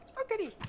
oh goody!